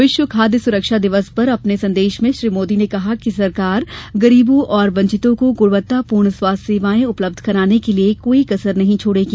विश्व खाद सुरक्षा दिवस पर अपने संदेश में श्री मोदी ने कहा कि सरकार गरीबों और वंचितों को गुणवत्तापूर्ण स्वास्थ्य सेवायें उपलब्ध कराने के लिये कोई कसर नहीं छोडेगी